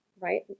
right